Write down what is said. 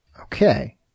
Okay